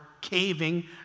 caving